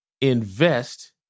invest